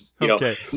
Okay